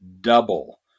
double